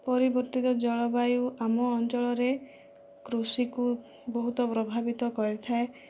ପରିବର୍ତ୍ତିତ ଜଳବାୟୁ ଆମ ଅଞ୍ଚଳରେ କୃଷିକୁ ବହୁତ ପ୍ରଭାବିତ କରିଥାଏ